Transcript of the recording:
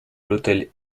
l’hôtel